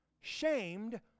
shamed